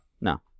No